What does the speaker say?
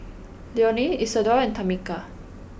Leonie Isadore and Tamika